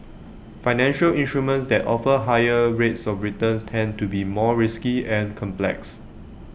financial instruments that offer higher rates of returns tend to be more risky and complex